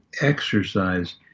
exercise